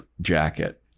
jacket